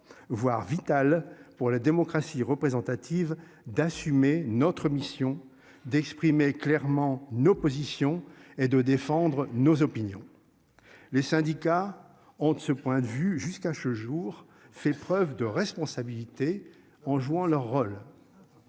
Voire vital pour la démocratie représentative d'assumer notre mission d'exprimer clairement nos positions et de défendre nos opinions. Les syndicats ont, de ce point de vue jusqu'à ce jour, fait preuve de responsabilité en jouant leur rôle.